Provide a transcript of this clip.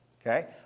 okay